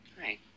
Hi